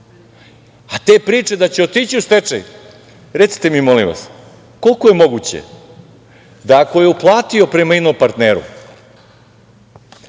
a te priče da će otići u stečaj, recite mi molim vas, koliko je moguće da ako je uplatio prema inopartneru